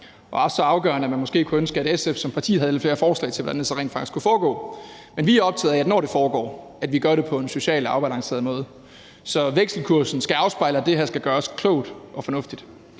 også så afgørende, at man måske kunne ønske, at SF som parti havde lidt flere forslag til, hvordan det så rent faktisk skulle foregå – så gør vi det på en socialt afbalanceret måde. Så vekselkursen skal afspejle, at det her skal gøres klogt og fornuftigt.